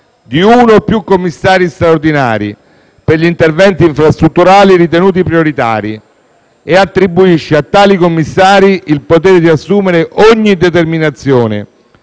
di uno o più commissari straordinari per gli interventi infrastrutturali ritenuti prioritari e attribuisce a tali commissari il potere di assumere ogni determinazione